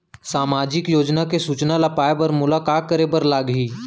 सामाजिक योजना के सूचना ल पाए बर मोला का करे बर लागही?